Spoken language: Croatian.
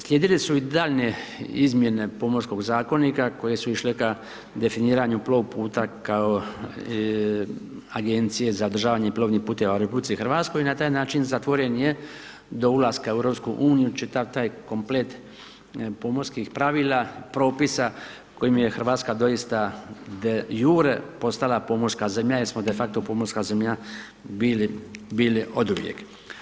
Slijedile su i daljnje izmjene pomorskog zakonika koje su išle ka definiranja plouv puta kao agencije zadržavanje plovnih puteva u RH, i na taj način, zatvoren je do ulaska u Eu, čitav taj komplet pomorskih pravila, propisa, kojim je Hrvatska doista … postala pomorska zemlja, jer smo de facto pomorska zemlja bili oduvijek.